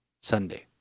Sunday